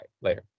Later